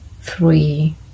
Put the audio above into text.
three